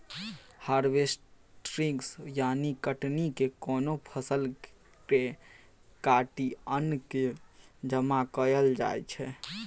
harvesting यानी कटनी मे कोनो फसल केँ काटि अन्न केँ जमा कएल जाइ छै